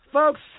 Folks